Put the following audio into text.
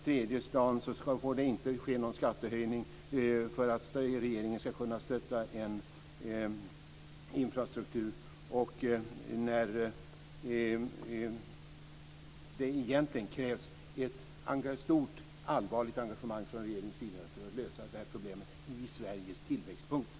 Tredje dagen får det inte ske någon skattehöjning för att regeringen ska kunna stötta infrastrukturen. Vad som egentligen krävs är ett stort och allvarligt engagemang från regeringens sida för att lösa problemet i Sveriges tillväxtbod.